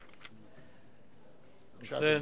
תודה,